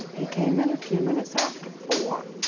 he came in a few minutes after four